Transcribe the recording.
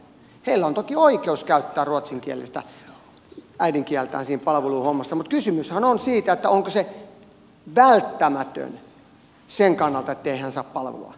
heillä on toki oikeus käyttää ruotsin kieltä äidinkieltään siinä palveluhommassa mutta kysymyshän on siitä onko se välttämätöntä sen kannalta että hän saa palvelua